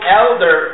elder